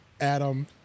Adam